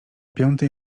piątej